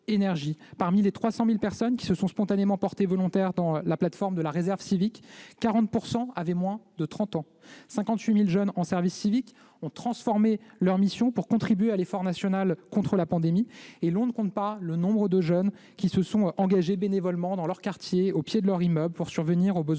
Parmi les 300 000 personnes qui se sont spontanément portées volontaires au travers de la plateforme de la réserve civique, 40 % avaient moins de 30 ans ; 58 000 jeunes en service civique ont transformé leur mission pour contribuer à l'effort national contre la pandémie, et l'on ne compte pas les jeunes qui se sont engagés bénévolement, dans leur quartier, au pied de leur immeuble, pour subvenir aux besoins